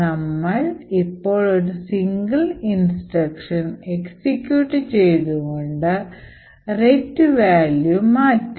നമ്മൾ ഇപ്പോൾ ഒരു സിംഗിൾ ഇൻസ്ട്രക്ഷൻ എക്സിക്യൂട്ട് ചെയ്തുകൊണ്ട് RET വാല്യൂ മാറ്റാം